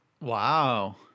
Wow